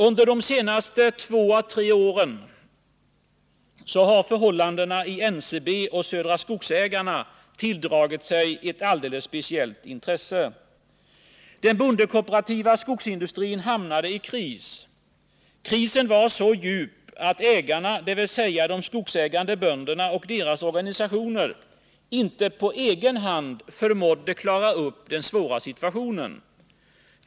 Under de senaste två å tre åren har förhållandena i NCB och Södra Skogsägarna tilldragit sig ett alldeles speciellt intresse. Den bondekooperativa skogsindustrin hamnade i kris. Krisen var så djup att ägarna, dvs. de skogsägande bönderna och deras organisationer, inte på egen hand förmådde klara upp den svåra situationen.